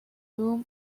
room